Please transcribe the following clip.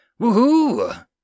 Woohoo